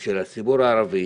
של הציבור הערבי,